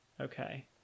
okay